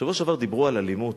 בשבוע שעבר דיברו על אלימות.